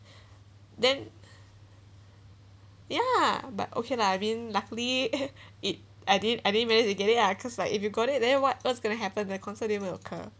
then ya but okay lah I mean luckily it I didn't I didn't manage to get it lah cause like if you got it then what what's going to happen to the concert didn't even occur